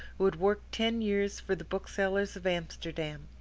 who had worked ten years for the booksellers of amsterdam.